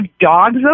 dogs